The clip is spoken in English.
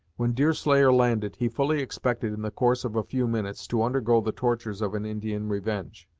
when deerslayer landed, he fully expected in the course of a few minutes to undergo the tortures of an indian revenge,